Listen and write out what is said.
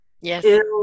Yes